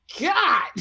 god